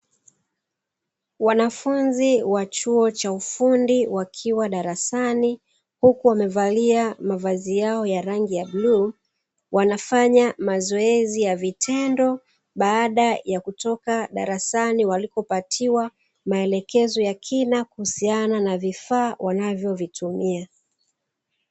Wanafunzi wa chuo cha ufundi wakiwa darasani, huku wamevalia mavazi yao ya rangi ya bluu; wanafanya mazoezi ya vitendo, baada ya kutoka darasani walipopatiwa maelekezo ya kina kuhusiana na vifaa wanavyovitumia.